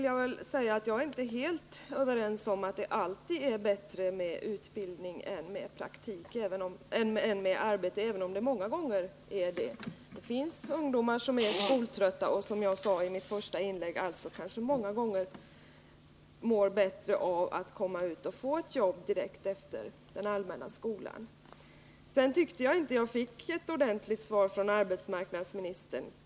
Jag är inte helt övertygad om att det alltid är bättre med utbildning än med arbete, även om det ofta är det. Det finns ungdomar som är skoltrötta och — som jag sade i mitt första inlägg — alltså kanske många gånger mår bättre av att komma ut och få jobb direkt efter den allmänna skolan. Jag tyckte inte att jag fick något ordentligt svar från arbetsmarknadsministern.